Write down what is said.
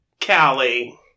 Callie